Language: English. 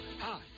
Hi